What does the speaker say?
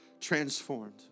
transformed